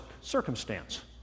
circumstance